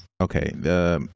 Okay